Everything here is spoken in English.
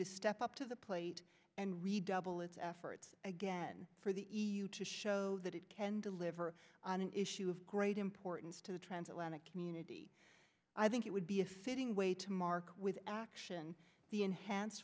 to step up to the plate and redouble its efforts again for the e u to show that it can deliver on an issue of great importance to the transatlantic community i think it would be a fitting way to mark with action the enhan